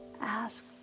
ask